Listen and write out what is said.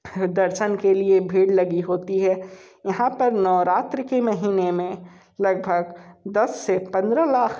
दर्शन के लिए भीड़ लगी होती है यहाँ पर नवरात्री के महीने में लगभग दस से पंद्रह लाख